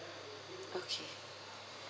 okay